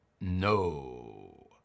No